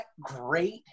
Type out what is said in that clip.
great